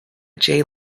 jay